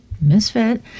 Misfit